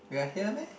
we are here meh